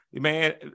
Man